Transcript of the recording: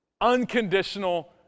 unconditional